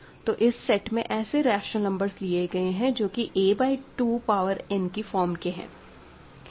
तो इस सेट में ऐसे रैशनल नम्बर्ज़ लिए गए है जो कि a बाय 2 पावर n की फ़ॉर्म के हैं